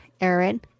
Aaron